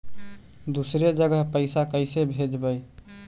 दुसरे जगह पैसा कैसे भेजबै?